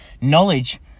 knowledge